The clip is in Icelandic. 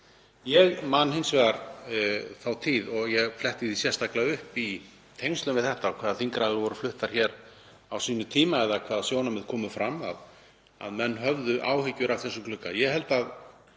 Ég man hins vegar þá tíð og ég fletti því sérstaklega upp í tengslum við þetta hvaða þingræður voru fluttar hér á sínum tíma og hvaða sjónarmið komu fram og menn höfðu áhyggjur af þessum glugga. Ég held að